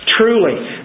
Truly